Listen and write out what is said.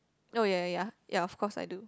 orh ya ya ya ya of course I do